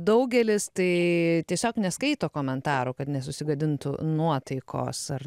daugelis tai tiesiog neskaito komentarų kad nesusigadintų nuotaikos ar